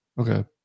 Okay